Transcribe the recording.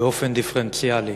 באופן דיפרנציאלי.